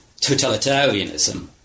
totalitarianism